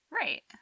Right